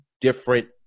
different